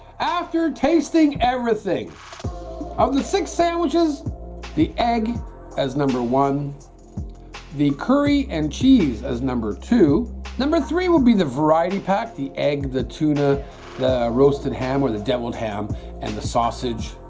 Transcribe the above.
after tasting everything out of the six sandwiches the egg as number one the curry and cheese as number two number three will be the variety pack the egg the tuna the roasted ham or the deviled ham and the sausage